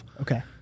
Okay